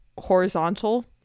horizontal